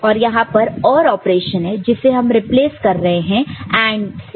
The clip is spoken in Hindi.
और यहां पर OR ऑपरेशन है जिसे हम रिप्लेस कर रहे हैं AND थे